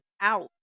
out